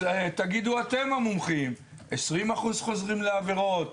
אז תגידו אתם המומחים 20% חוזרים לעבירות,